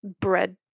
bread